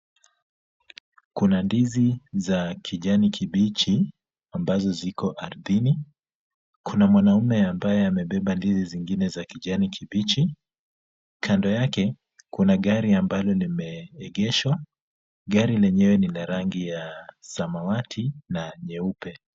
Kuna ndizi za kijani kibichi ambazo ziko ardhini. Kuna mwanamume ambaye amebeba ndizi zingine za kijani kibichi. Kando yake kuna gari ambalo limeegeshwa. Gari lenyewe ni la rangi ya samawati na nyeupe.